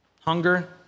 hunger